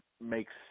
makes